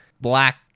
black